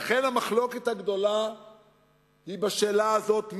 לכן המחלוקת הגדולה היא בשאלה הזאת,